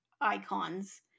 icons